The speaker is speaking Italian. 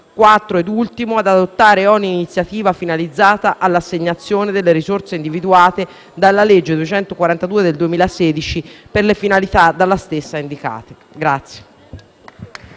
bioingegneria; 4) ad adottare ogni iniziativa finalizzata all'assegnazione delle risorse individuate dalla legge n. 242 del 2016 alle finalità dalla stessa indicate.